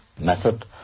method